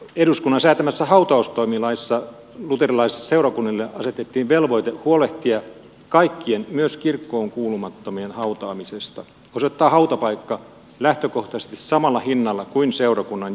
eduskunnan säätämässä hautaustoimilaissa luterilaisille seurakunnille asetettiin velvoite huolehtia kaikkien myös kirkkoon kuulumattomien hautaamisesta ja osoittaa hautapaikka lähtökohtaisesti samalla hinnalla kuin seurakunnan jäsenille